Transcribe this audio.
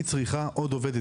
היא צריכה עוד עובד,